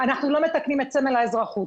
אנחנו לא מתקנים את סמל האזרחות.